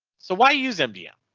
so why you zambia.